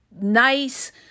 nice